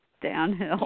Downhill